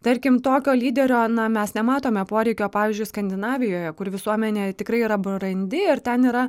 tarkim tokio lyderio na mes nematome poreikio pavyzdžiui skandinavijoje kur visuomenė tikrai yra brandi ir ten yra